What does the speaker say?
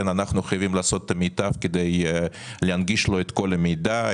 אנחנו חייבים לעשות את המיטב כדי להנגיש לו את כל המידע,